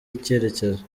icyerekezo